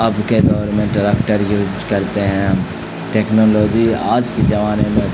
اب کے دور میں ٹریکٹر یوز کرتے ہیں ٹیکنالوجی آج کے زمانے میں